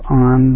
on